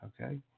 okay